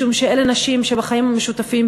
משום שאלה נשים שבחיים המשותפים,